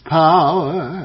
power